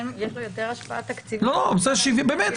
באמת,